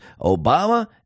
Obama